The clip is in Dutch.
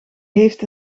heeft